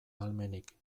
ahalmenik